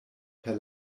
per